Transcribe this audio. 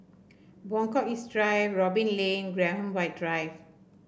Buangkok East Drive Robin Lane Graham White Drive